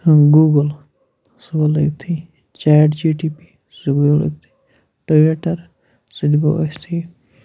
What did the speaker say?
Google سُہ گوٚو لٔگۍ تھٕے چیٹ جی ٹی پی سُہ تہِ گٔیو لٔگۍ تھٕے ٹُویٖٹَر سُہ تہِ گوٚو ٲسۍ تھٕے